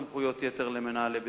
אין כאן סמכויות יתר למנהלי בתי-הספר,